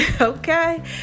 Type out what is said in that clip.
Okay